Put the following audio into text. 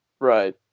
Right